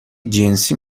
جنسی